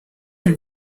can